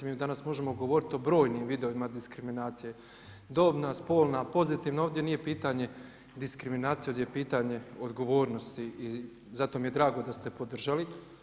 Danas možemo govoriti o brojnim vidovima diskriminacije, dobna spola, pozitivna, ovdje nije pitanje diskriminacije, ovdje je pitanje odgovornosti i zato mi je drago da ste podržali.